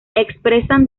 expresan